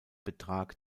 betrag